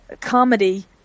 comedy